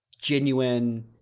genuine